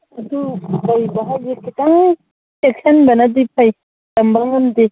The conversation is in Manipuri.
ꯑꯗꯨ ꯂꯩꯕ ꯍꯥꯏꯁꯦ ꯈꯤꯇꯪ ꯆꯦꯛꯁꯟꯕꯅꯗꯤ ꯐꯩ ꯇꯝꯕ ꯉꯝꯗꯦ